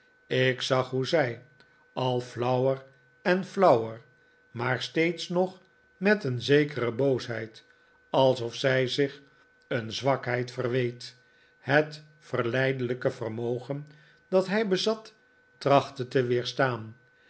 ik zag hoe zij al flauwer en flauwer maar steeds nog met een zekere boosheid alsof zij zich een zwakheid verweet het verleidelijke vermogen dat hij bezat trachtte te weerstaan